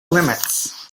limits